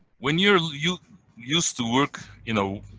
when you're you used to work, you know,